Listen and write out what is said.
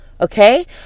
Okay